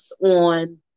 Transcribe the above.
on